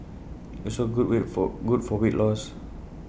it's also good read for good for weight loss